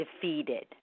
defeated